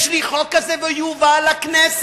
יש לי חוק כזה, והוא יובא לכנסת,